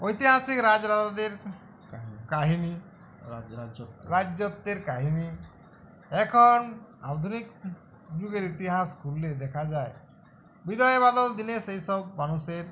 ঐতিহাসিক রাজ রাজাদের কাহিনি রাজ্যত্বের কাহিনি এখন আধুনিক যুগের ইতিহাস খুললে দেখা যায় বিজয় বাদল দীনেশ এইসব মানুষের